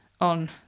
on